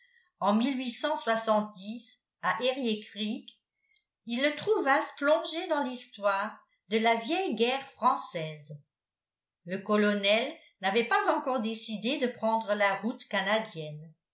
en à eriécreek ils le trouvassent plongé dans l'histoire de la vieille guerre française le colonel n'avait pas encore décidé de prendre la route canadienne